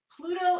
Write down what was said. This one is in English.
pluto